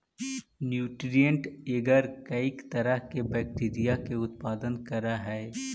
nutrient agar कईक तरह के बैक्टीरिया के उत्पादन करऽ हइ